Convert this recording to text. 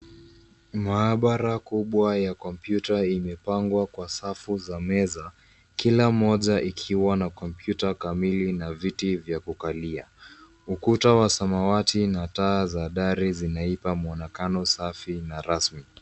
Maabara kubwa ya kompyuta imepangwa kwa safu za meza kila moja ikiwa na kompyuta kamili na viti vya kukalia. Ukuta wa samawati na taa za dari zinaipa mwonekano safi na rasmi.